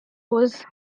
rose